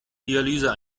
dialyse